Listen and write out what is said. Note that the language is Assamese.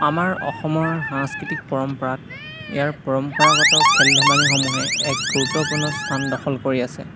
আমাৰ অসমৰ সাংস্কৃতিক পৰম্পৰাত ইয়াৰ পৰম্পৰাগত খেল ধেমালিসমূহে এক গুৰুত্বপূৰ্ণ স্থান দখল কৰি আছে